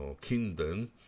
kingdom